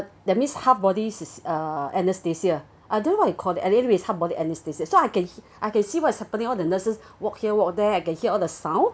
that means half body is uh anesthesia i don't know what you call that I think is half body anesthesia so I can I can see what's happening all the nurses walk here walk there I can hear all the sound